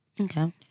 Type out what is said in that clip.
Okay